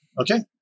Okay